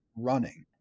running